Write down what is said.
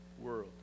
world